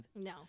no